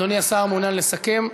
אדוני השר מעוניין לסכם?